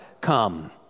Come